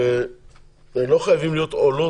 שלא חייבים להיות עולה